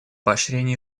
поощрение